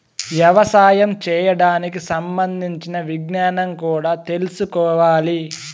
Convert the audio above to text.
యవసాయం చేయడానికి సంబంధించిన విజ్ఞానం కూడా తెల్సుకోవాలి